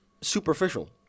superficial